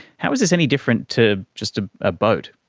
how is this any different to just a ah boat?